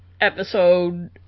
Episode